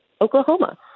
Oklahoma